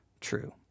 true